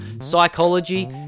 psychology